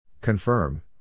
Confirm